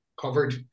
covered